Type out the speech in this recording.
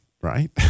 right